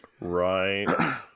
Right